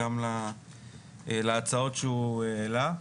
גם להצעות שהוא העלה.